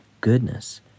goodness